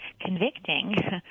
convicting